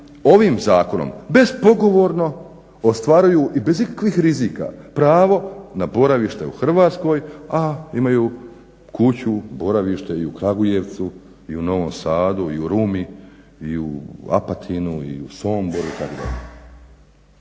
ovim zakonom bespogovorno ostvaruju i bez ikakvih rizika pravo na boravište u Hrvatskoj, a imaju kuću, boravište i u Kragujevcu i u Novom Sadu i u Rumi i u Apatinu i u Somboru itd.